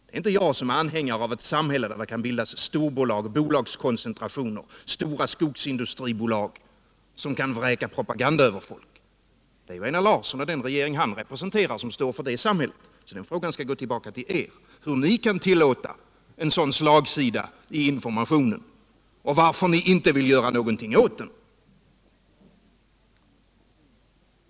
Det är inte jag som är anhängare av ett samhälle där det kan bildas storbolag, bolagskoncentrationer eller stora skogsindustribolag som kan vräka propaganda över folk. Det är ju Einar Larsson och den regering han representerar som står för det samhället. Den frågan skall gå tillbaka till er, hur ni kan tillåta en sådan slagsida i informationen, och varför ni inte vill göra någonting åt den.